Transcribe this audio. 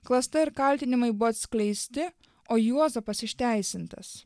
klasta ir kaltinimai buvo atskleisti o juozapas išteisintas